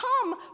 come